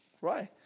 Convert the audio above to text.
right